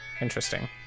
Interesting